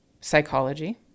psychology